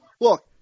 look